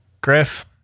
Griff